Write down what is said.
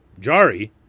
Jari